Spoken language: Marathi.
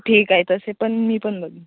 ठीक आहे तसे पण मी पण बघेन